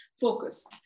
focus